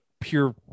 pure